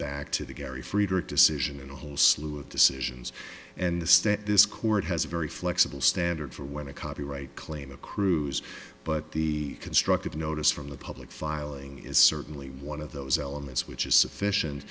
back to the very friedrich decision and a whole slew of decisions and the state this court has a very flexible standard for when a copyright claim accrues but the constructive notice from the public filing is certainly one of those elements which is sufficient